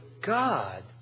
God